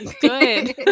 good